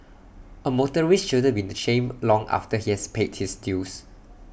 A motorist shouldn't be the shamed long after he has paid his dues